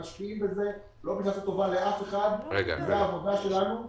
אנחנו לא עושים טובה לאף אחד, זו העבודה שלנו.